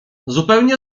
zupełnie